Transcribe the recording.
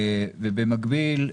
במקביל,